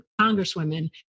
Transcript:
congresswomen